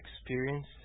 experience